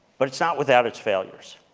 but it's not without its failures.